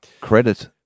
credit